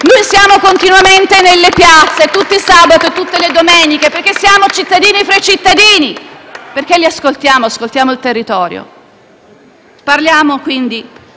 Noi siamo continuamente nelle piazze, tutti i sabati e tutte le domeniche, perché siamo cittadini tra i cittadini, perché li ascoltiamo, ascoltiamo il territorio. Parliamo quindi